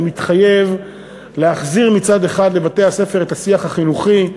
אני מתחייב להחזיר מצד אחד לבתי-הספר את השיח החינוכי,